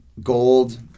gold